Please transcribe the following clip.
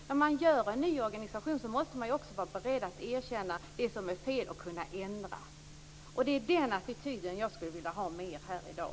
När man skapar en ny organisation måste man också vara beredd att erkänna det som är fel och kunna ändra. Det är den attityden jag skulle vilja ha mer av här i dag.